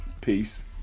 peace